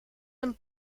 een